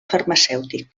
farmacèutic